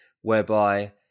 whereby